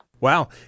Wow